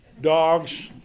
Dogs